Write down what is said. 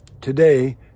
Today